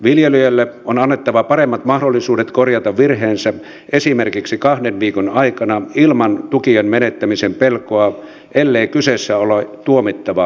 viljelijöille on annettava paremmat mahdollisuudet korjata virheensä esimerkiksi kahden viikon aikana ilman tukien menettämisen pelkoa ellei kyseessä ole tuomittava tahallisuus